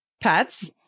pets